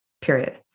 period